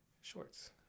Shorts